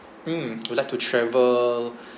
mm we'd like to travel